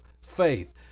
faith